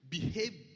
behave